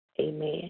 Amen